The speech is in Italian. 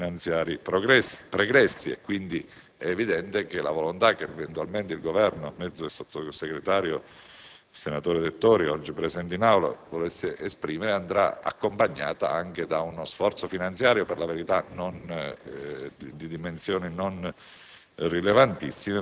negli esercizi finanziari pregressi. È quindi evidente che la volontà che eventualmente il Governo, per mezzo del sottosegretario Dettori oggi presente in Aula, volesse esprimere andrà accompagnata anche da uno sforzo finanziario, per la verità di dimensioni non